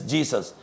Jesus